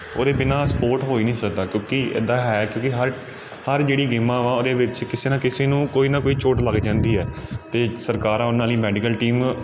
ਉਹਦੇ ਬਿਨਾਂ ਸਪੋਰਟ ਹੋ ਹੀ ਨਹੀਂ ਸਕਦਾ ਕਿਉਂਕਿ ਇੱਦਾਂ ਹੈ ਕਿਉਂਕਿ ਹਰ ਹਰ ਜਿਹੜੀ ਗੇਮਾਂ ਵਾ ਉਹਦੇ ਵਿੱਚ ਕਿਸੇ ਨਾ ਕਿਸੇ ਨੂੰ ਕੋਈ ਨਾ ਕੋਈ ਚੋਟ ਲੱਗ ਜਾਂਦੀ ਹੈ ਅਤੇ ਸਰਕਾਰਾਂ ਉਹਨਾਂ ਲਈ ਮੈਡੀਕਲ ਟੀਮ